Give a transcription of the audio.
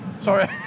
Sorry